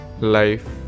life